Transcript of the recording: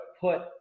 put